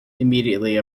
immediately